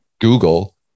Google